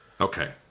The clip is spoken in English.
Okay